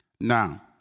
Now